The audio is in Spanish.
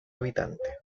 habitante